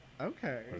Okay